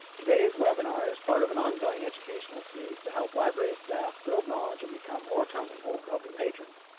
today's webinar is part of an ongoing educational series to help library staff build knowledge and become more comfortable helping patrons.